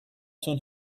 تون